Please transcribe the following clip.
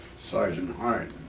sergeant hart